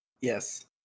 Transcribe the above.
Yes